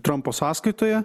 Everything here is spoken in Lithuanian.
trampo sąskaitoje